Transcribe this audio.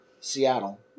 Seattle